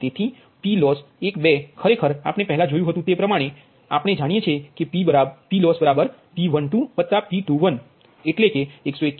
તેથી PLoss12ખરેખર આપણે પહેલાં જોયુ હતુ તે પ્રમાણે આપણે જાણીએ છીએ કે P લાઈન બરાબર P12P21કે જે 181